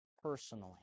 Personally